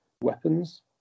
weapons